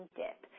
dip